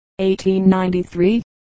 1893